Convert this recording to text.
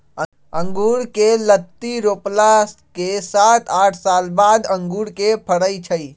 अँगुर कें लत्ति रोपला के सात आठ साल बाद अंगुर के फरइ छइ